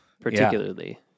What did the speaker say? particularly